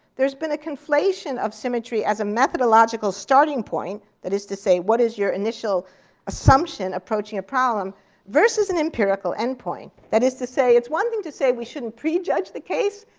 there's been a conflation of symmetry as a methodological starting point that is to say, what is your initial assumption approaching a problem versus an empirical endpoint. that is to say, it's one thing to say we shouldn't prejudge the case,